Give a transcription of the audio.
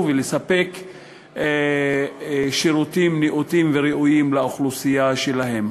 ולספק שירותים נאותים וראויים לאוכלוסייה שלהם.